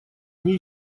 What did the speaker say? они